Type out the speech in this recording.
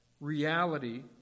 reality